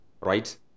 right